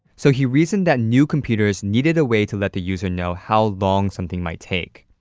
so, he reasoned that new computers needed a way to let the user know how long something might take.